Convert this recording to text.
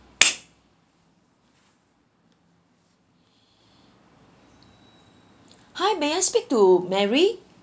hi may I speak to mary